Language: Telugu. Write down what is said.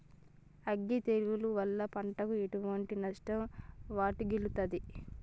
అగ్గి తెగులు వల్ల పంటకు ఎటువంటి నష్టం వాటిల్లుతది?